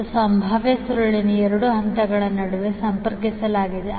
ಮತ್ತು ಸಂಭಾವ್ಯ ಸುರುಳಿಯನ್ನು ಎರಡು ಹಂತಗಳ ನಡುವೆ ಸಂಪರ್ಕಿಸಲಾಗಿದೆ